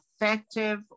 effective